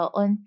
on